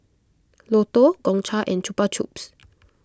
Lotto Gongcha and Chupa Chups